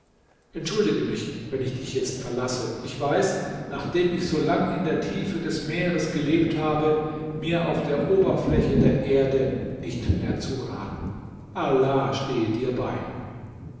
entschuldige mich wenn ich dich jetzt verlasse ich weiß nachdem ich so lang in der tiefe des meeres gelebt habe mir auf der oberfläche der erde nicht mehr zu raten allah stehe dir bei